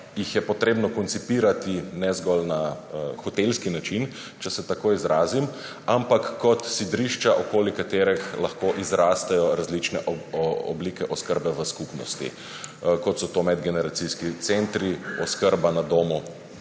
jih je treba koncipirati ne zgolj na hotelski način, če se tako izrazim, ampak kot sidrišča, okoli katerih lahko izrastejo različne oblike oskrbe v skupnosti, kot so to medgeneracijski centri, oskrba na domu